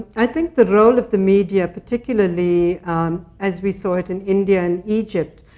i think the role of the media, particularly as we saw it in india and egypt,